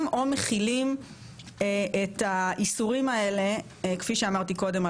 או מחילים את האיסורים האלה כפי שאמרתי קודם,